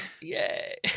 Yay